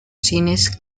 cines